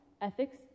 ethics